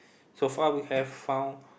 so far we have found